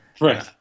Right